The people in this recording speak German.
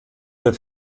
der